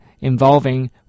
involving